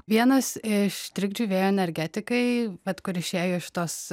vienas iš trikdžių vėjo energetikai vat kur išėjo iš tos